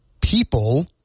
people